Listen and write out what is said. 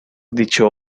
dicho